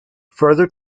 further